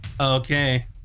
Okay